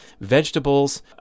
vegetables